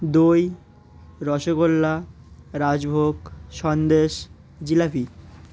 দই রসগোল্লা রাজভোগ সন্দেশ জিলাপি